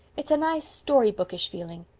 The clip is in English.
it's a nice story-bookish feeling.